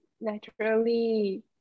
naturally